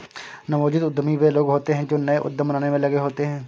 नवोदित उद्यमी वे लोग होते हैं जो नए उद्यम बनाने में लगे होते हैं